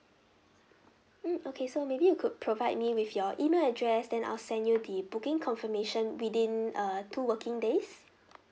mm okay so maybe you could provide me with your email address then I'll send you the booking confirmation within ah two working days